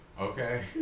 okay